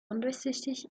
undurchsichtig